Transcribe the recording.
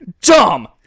Dumb